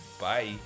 Bye